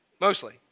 mostly